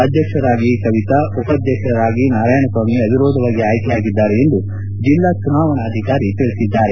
ಅಧ್ಯಕ್ಷರಾಗಿ ಕವಿತಾ ಉಪಾಧ್ಯಕ್ಷರಾಗಿ ನಾರಾಯಣಸ್ವಾಮಿ ಅವಿರೋಧವಾಗಿ ಆಯ್ಕೆ ಯಾಗಿದ್ದಾರೆಂದು ಜಲ್ಲಾ ಚುನಾವಣಾಧಿಕಾರಿ ತಿಳಿಸಿದ್ದಾರೆ